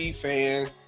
fan